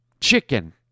chicken